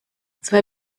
zwei